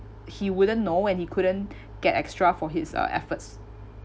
he wouldn't know and he couldn't get extra for his uh efforts